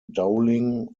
dowling